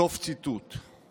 סוף ציטוט.